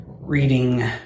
reading